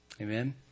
Amen